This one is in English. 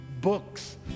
books